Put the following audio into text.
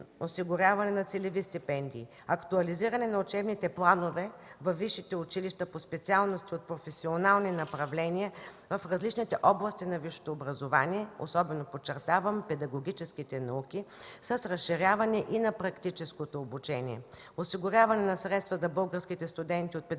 осигуряване на целеви стипендии; актуализиране на учебните планове във висшите училища по специалност от професионални направления в различните области на висшето образование, особено подчертавам педагогическите науки, с разширяване и на практическото обучение; осигуряване на средства за българските студенти от педагогическите